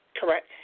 Correct